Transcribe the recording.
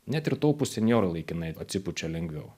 net ir taupūs senjorai laikinai atsipučia lengviau